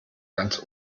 ganz